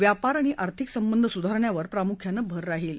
व्यापार आणि आर्थिक संबंध सुधारण्यावर प्रामुख्यानं भर राहील